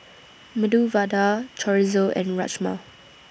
Medu Vada Chorizo and Rajma